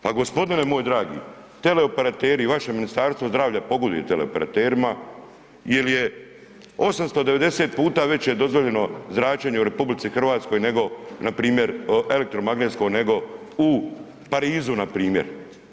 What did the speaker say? Pa gospodine moj dragi, teleoperateri i vaše Ministarstvo zdravlja pogoduje teleoperaterima jel je 890 puta veće dozvoljeno zračenje u RH nego npr. elektromagnetsko nego u Parizu na primjer.